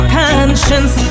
conscience